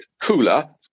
cooler